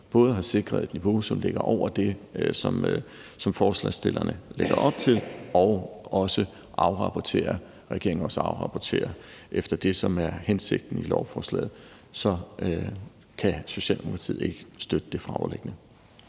både har sikret et niveau, som ligger over det, som forslagsstillerne lægger op til, og også afrapporterer efter det, som er hensigten i lovforslaget, så kan Socialdemokratiet ikke støtte det foreliggende.